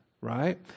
right